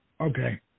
Okay